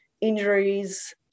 injuries